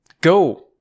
go